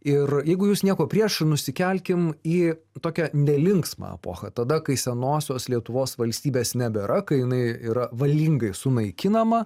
ir jeigu jūs nieko prieš nusikelkim į tokią nelinksmą epochą tada kai senosios lietuvos valstybės nebėra kai jinai yra valingai sunaikinama